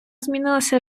змінилася